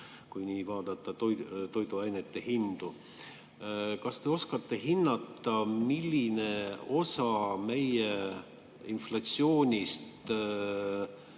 kui vaadata toiduainete hindu. Kas te oskate hinnata, milline osa meie inflatsioonist